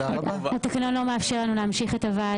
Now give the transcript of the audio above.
התקנון לא מאפשר לנו להמשיך את הישיבה